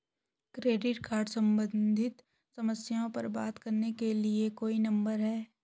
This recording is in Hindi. क्रेडिट कार्ड सम्बंधित समस्याओं पर बात करने के लिए कोई नंबर है?